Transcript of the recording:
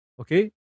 okay